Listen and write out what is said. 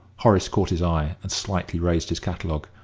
horace caught his eye, and slightly raised his catalogue,